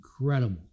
incredible